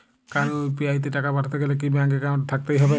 কারো ইউ.পি.আই তে টাকা পাঠাতে গেলে কি ব্যাংক একাউন্ট থাকতেই হবে?